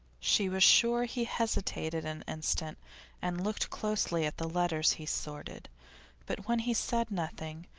she was sure he hesitated an instant and looked closely at the letters he sorted but when he said nothing,